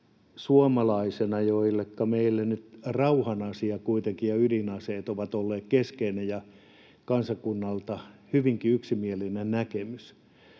suomalaisena, kun meille nyt kuitenkin rauhan asia ja ydinaseet ovat olleet keskeinen ja kansakunnalle hyvinkin yksimielinen näkemys,